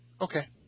Okay